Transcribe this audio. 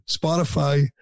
spotify